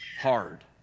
hard